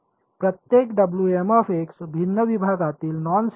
प्रत्येक भिन्न विभागातील नॉन झेरो आहे